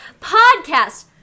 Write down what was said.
podcast